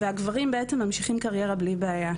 והגברים בעצם ממשיכים קריירה בלי בעייה.